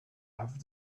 have